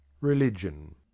Religion